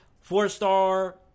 four-star